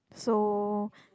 so